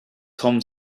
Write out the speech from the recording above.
tom